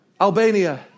Albania